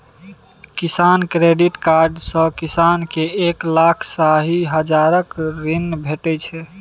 किसान credit card सँ किसान केँ एक लाख साठि हजारक ऋण भेटै छै